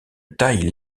taille